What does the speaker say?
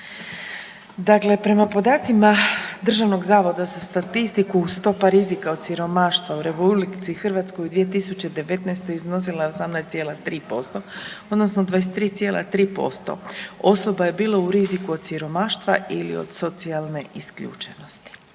Dakle, prema podacima Državnog zavoda za statistiku stopa rizika od siromaštva u Republici Hrvatskoj u 2019. Iznosila 18,3% odnosno 23,3% osoba je bilo u riziku od siromaštva od socijalne isključenosti.